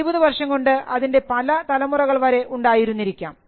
20 വർഷം കൊണ്ട് അതിൻറെ പല തലമുറകൾ വരെ ഉണ്ടായിരുന്നിരിക്കാം